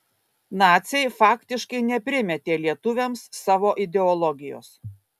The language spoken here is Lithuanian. naciai faktiškai neprimetė lietuviams savo ideologijos